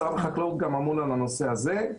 משרד החקלאות גם אמון על הנושא הזה.